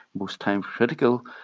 most time critical,